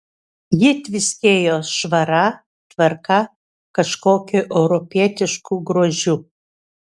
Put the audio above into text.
ji tviskėjo švara tvarka kažkokiu europietišku grožiu